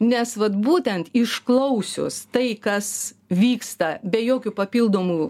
nes vat būtent išklausius tai kas vyksta be jokių papildomų